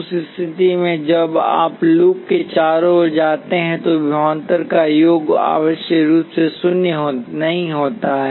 उस स्थिति में जब आप लूप के चारों ओर जाते हैं तोविभवांतर का योग आवश्यक रूप से शून्य नहीं होता है